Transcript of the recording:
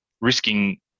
risking